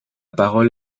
parole